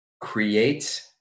create